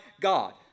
God